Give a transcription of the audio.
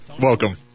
welcome